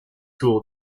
tool